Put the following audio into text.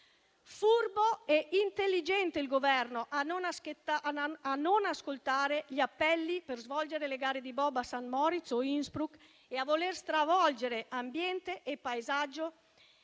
Furbo e intelligente il Governo a non ascoltare gli appelli per svolgere le gare di bob a Saint Moritz o Innsbruck e a voler stravolgere ambiente e paesaggio